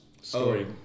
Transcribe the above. story